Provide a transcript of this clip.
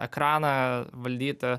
ekraną valdyti